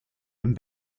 and